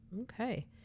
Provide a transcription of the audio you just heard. Okay